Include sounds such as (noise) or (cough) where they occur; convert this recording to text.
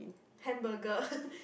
hamburger (laughs)